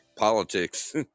Politics